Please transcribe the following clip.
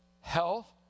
health